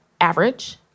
average